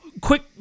Quick